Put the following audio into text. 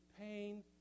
pain